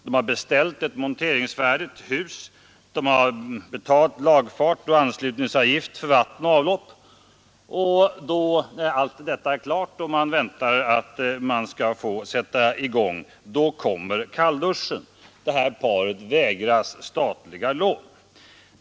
De har beställt ett monteringsfärdigt hus, betalt lagfart och anslutningsavgifter för vatten och avlopp. När allt detta är klart och de väntar att få sätta i gång, kommer kallduschen: de vägras statliga lån.